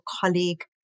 colleague